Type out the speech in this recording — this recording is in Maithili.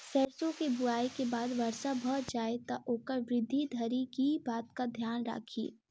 सैरसो केँ बुआई केँ बाद वर्षा भऽ जाय तऽ ओकर वृद्धि धरि की बातक ध्यान राखि?